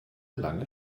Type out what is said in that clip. lange